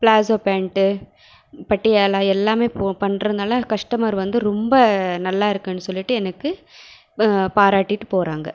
palazzo pant Patiala எல்லாமே பண்றதுனால் customer வந்து ரொம்ப நல்லாயிருக்குன்னு சொல்லிவிட்டு எனக்கு பாராட்டிவிட்டு போகிறாங்க